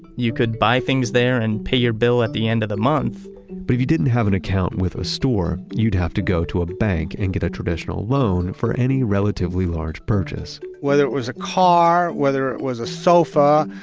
you could buy things there and pay your bill at the end of the month but if you didn't have an account with a store, you'd have to go to a bank and get a traditional loan for any relatively large purchase whether it was a car, whether it was a sofa,